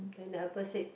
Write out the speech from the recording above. then the helper said